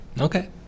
Okay